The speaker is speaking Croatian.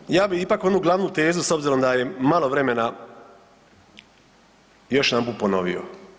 Dakle, ja bi ipak onu glavnu tezu s obzirom da je malo vremena, još jedanput ponovio.